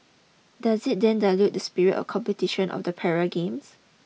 does it then dilute the spirit of competition of the Para Games